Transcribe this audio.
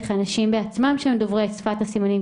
אנשים בעצמם שהם דוברי שפת הסימנים,